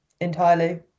entirely